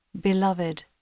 Beloved